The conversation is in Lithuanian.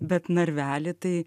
bet narvelį tai